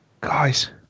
Guys